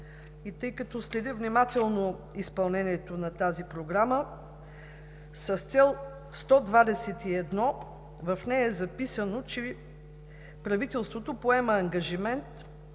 Тъй като следя внимателно изпълнението на тази програма, в цел 121 е записано, че правителството поема ангажимент